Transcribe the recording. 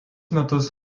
metus